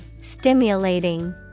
Stimulating